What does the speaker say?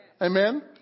Amen